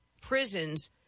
prisons